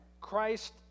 Christ